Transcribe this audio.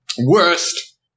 Worst